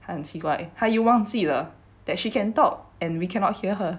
他很奇怪他又忘记了 that she can talk and we cannot hear her